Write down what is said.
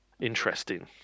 Interesting